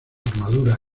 armadura